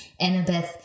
Annabeth